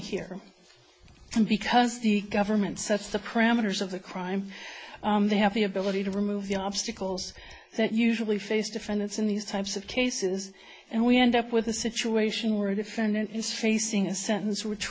here because the government sets the pram owners of the crime they have the ability to remove the obstacles that usually face defendants in these types of cases and we end up with a situation where a defendant is facing a sentence which